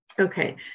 Okay